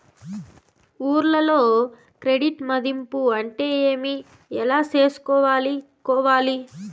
ఊర్లలో క్రెడిట్ మధింపు అంటే ఏమి? ఎలా చేసుకోవాలి కోవాలి?